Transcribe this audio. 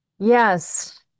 yes